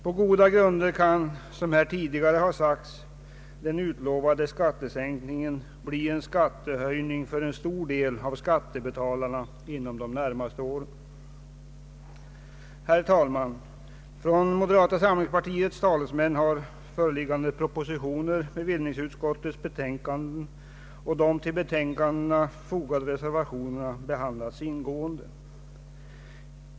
På goda grunder kan, som här tidigare har sagts, den utlovade skattesänkningen befaras bli en skattehöjning för en stor del av skattebetalarna inom de närmaste åren. Av moderata samlingspartiets talesmän har föreliggande propositioner, bevillningsutskottets betänkanden och de till betänkandena fogade reservationerna ingående behandlats.